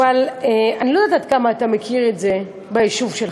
אבל, אני לא יודעת כמה אתה מכיר את זה ביישוב שלך,